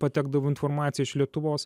patekdavo informacija iš lietuvos